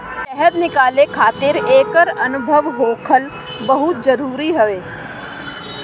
शहद निकाले खातिर एकर अनुभव होखल बहुते जरुरी हवे